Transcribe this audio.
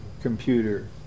computer